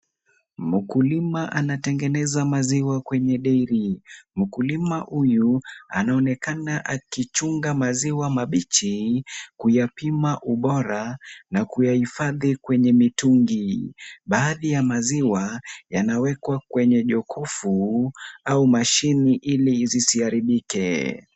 Mkulima anatengeneza maziwa kwenye dairy . Mkulima huyu anaonekana akichunga maziwa mabichi, kuyapima ubora na kuyahifadhi kwenye mitungi. Baadhi ya maziwa yanawekwa kwenye jokofu au mashini ili isiharibike.